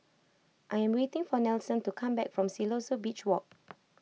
I am waiting for Nelson to come back from Siloso Beach Walk